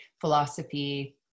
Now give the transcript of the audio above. philosophy